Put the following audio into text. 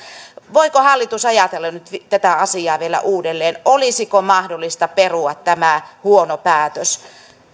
voiko hallitus ajatella nyt tätä asiaa vielä uudelleen olisiko mahdollista perua tämä huono päätös